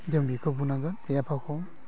जों बिखौ बुंनांगोन बे आफाखौनो